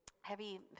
heavy